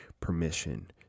permission